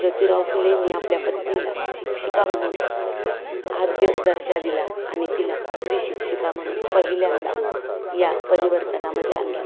ज्योतिराव फुलेंनी आपल्या पत्नीला शिक्षिका म्हणून आद्य दर्जा दिला आणि तिला स्त्री शिक्षिका म्हणून पहिल्यांदा या परिवर्तनामध्ये आणलं